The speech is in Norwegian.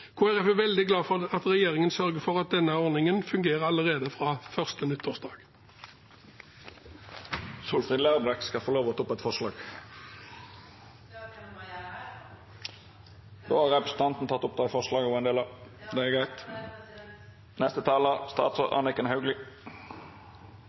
Folkeparti er veldig glad for at regjeringen sørger for at denne ordningen fungerer allerede fra første nyttårsdag. Representanten Solfrid Lerbrekk har bedt om ordet for å ta opp eit forslag. Eg tek opp forslaget frå SV. Representanten Solfrid Lerbrekk har teke opp forslaget